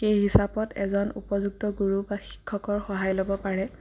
কি হিচাপত এজন উপযুক্ত গুৰু বা শিক্ষকৰ সহায় ল'ব পাৰে